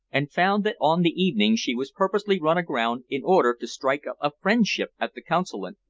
and found that on the evening she was purposely run aground in order to strike up a friendship at the consulate,